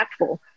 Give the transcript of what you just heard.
impactful